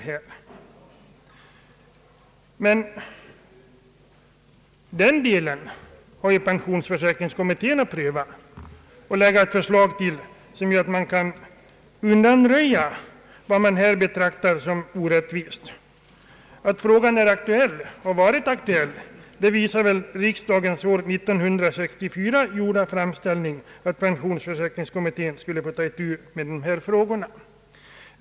Det problemet skall pensionsförsäkringskommittén pröva för att sedan lägga fram ett förslag som skall undanröja vad man betraktar som orättvist. Att frågan är aktuell och har va rit aktuell bevisar väl riksdagens år 1964 gjorda framställning, att pensionsförsäkringskommittén skulle ta itu med dessa frågor.